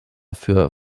für